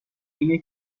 اینه